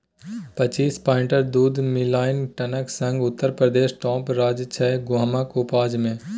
पच्चीस पांइट दु दु मिलियन टनक संग उत्तर प्रदेश टाँप राज्य छै गहुमक उपजा मे